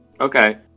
Okay